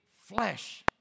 flesh